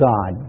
God